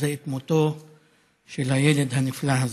את מותו של הילד הנפלא הזה.